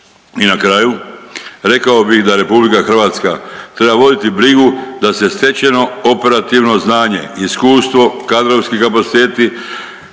I na kraju rekao bih da RH treba voditi brigu da se stečeno operativno znanje i iskustvo i kadrovski kapaciteti